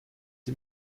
der